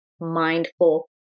mindful